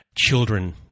children